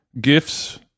gifts